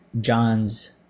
John's